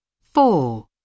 Four